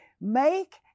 Make